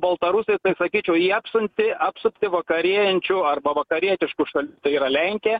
baltarusai sakyčiau jie apsupti apsupti vakarėjančių arba vakarietiškų šalių tai yra lenkija